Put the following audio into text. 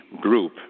group